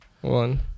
one